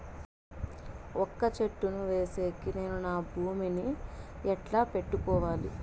వక్క చెట్టును వేసేకి నేను నా భూమి ని ఎట్లా పెట్టుకోవాలి?